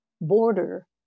border